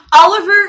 oliver